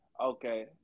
okay